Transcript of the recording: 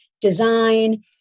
design